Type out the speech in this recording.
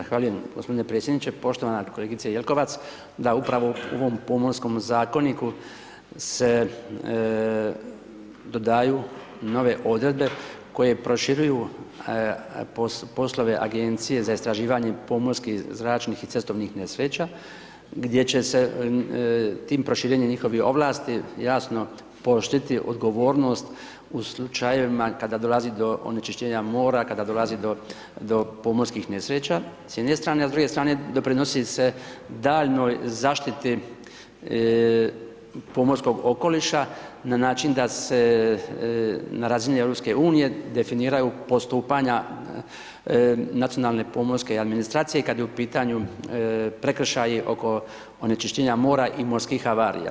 Zahvaljujem g. predsjedniče, poštovana kolegice Jelkovac, da upravo u ovom pomorskom zakoniku, se dodaju nove odredbe koje proširuju poslove Agencije za istraživanje pomorskih, zračnih i cestovnih nesreća, gdje će se tim proširenjem njihove ovlasti jasno poštedite odgovornost u slučajevima kada dolazi do onečišćenja mora, kada dolazi do pomorskih nesreća s jedne strane, a s druge strane doprinosi se daljnjoj zaštiti pomorskog okoliša, na način, da se na razini EU, definiraju postupanja nacionalne pomorske administracije i kada je u pitanju prekršaj oko onečišćenja mora i morski havarija.